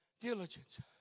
Diligence